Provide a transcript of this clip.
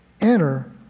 enter